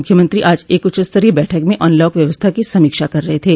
मुख्यमंत्री आज एक उच्चस्तरीय बैठक में अनलॉक व्यवस्था की समीक्षा कर रहे थे